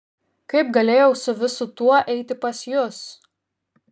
kaip galėjau su visu tuo eiti pas jus